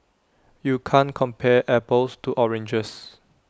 you can't compare apples to oranges